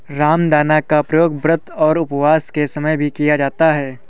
रामदाना का प्रयोग व्रत और उपवास के समय भी किया जाता है